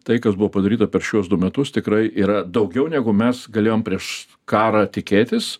tai kas buvo padaryta per šiuos du metus tikrai yra daugiau negu mes galėjom prieš karą tikėtis